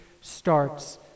starts